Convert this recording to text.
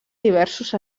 diversos